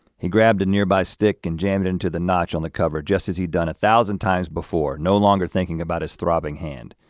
he grabbed a nearby stick and jammed it into the notch on the cover, just as he'd done a thousand times before, no longer thinking about his throbbing hand.